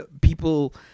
people